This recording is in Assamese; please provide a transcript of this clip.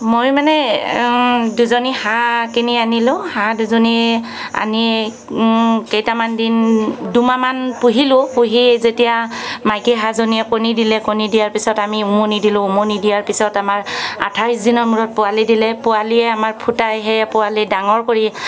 মই মানে দুজনী হাঁহ কিনি আনিলোঁ হাঁহ দুজনী আনি কেইটামান দিন দুমাহমান পুহিলোঁ পুহি যেতিয়া মাইকী হাঁহজনীয়ে কণী দিলে কণী দিয়াৰ পিছত আমি উমনি দিলোঁ উমনি দিয়াৰ পিছত আমাৰ আঠাইছ দিনৰ মূৰত পোৱালি দিলে পোৱালিয়ে আমাৰ ফুটাই সেই পোৱালি ডাঙৰ কৰি